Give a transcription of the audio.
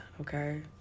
Okay